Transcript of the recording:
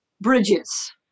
bridges